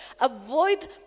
Avoid